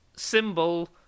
Symbol